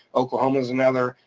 oklahoma is another,